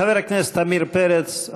חבר הכנסת עמיר פרץ,